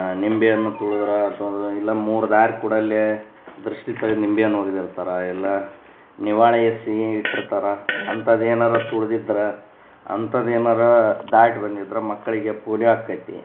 ನಿಂಬೆ ಹಣ್ಣು ತುಳ್ದ್ರೆ ಅಥವಾ ಅದು ಇಲ್ಲ ಮೂರು ದಾರಿ ಕೂಡೋಲ್ಲಿ ದೃಷ್ಟಿ ತೆಗದ್ ನಿಂಬೆ ಹಣ್ ಒಗ್ದಿರ್ತಾರೆ ಇಲ್ಲ ನಿವಾಳಿಸಿ ಇಟ್ಟಿರ್ತಾರೆ ಅಂಥದ್ದು ಏನಾರೂ ತುಳ್ದಿದ್ರೆ ಅಂಥದ್ದು ಏನಾರೂ ದಾಟಿ ಬಂದಿದ್ರೆ ಮಕ್ಕಳಿಗೆ ಪೋಲ್ಯೋ ಆಕ್ತೈತಿ